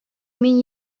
мин